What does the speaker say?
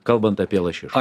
kalbant apie lašišą